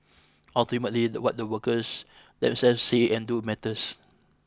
ultimately that what the workers themselves say and do matters